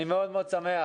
אני מאוד מאוד שמח